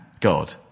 God